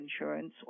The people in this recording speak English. insurance